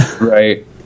Right